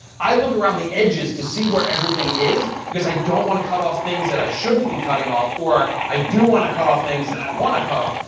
i look around the edges to see where everything is because i don't want to cut off things that i shouldn't be cutting off or i do want to cut off things that i want to cut off.